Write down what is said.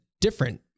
different